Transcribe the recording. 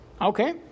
Okay